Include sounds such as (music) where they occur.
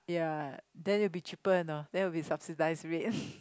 ya then will be cheaper you know then will be subsidised rate (breath)